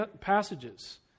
passages